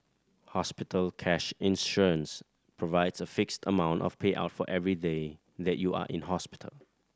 hospital cash insurance provides a fixed amount of payout for every day that you are in hospital